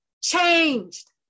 changed